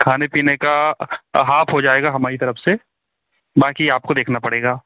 खाने पीने का हाफ हो जाएगा हमारी तरफ़ से बाक़ी आपको देखना पड़ेगा